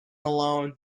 alone